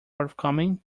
forthcoming